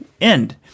end